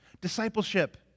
Discipleship